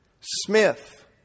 Smith